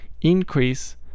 increase